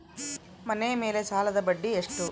ಮನೆ ಮೇಲೆ ಸಾಲದ ಬಡ್ಡಿ ಎಷ್ಟು?